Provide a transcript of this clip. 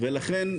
ולכן,